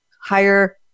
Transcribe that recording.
higher